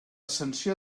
sanció